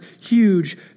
huge